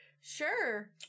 sure